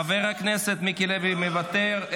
חבר הכנסת מיקי לוי, מוותר,